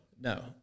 No